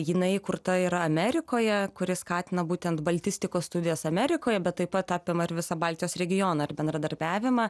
jinai įkurta ir amerikoje kuri skatina būtent baltistikos studijas amerikoje bet taip pat apima ir visą baltijos regioną ir bendradarbiavimą